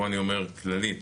פה אני אומר כללית